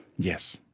yes,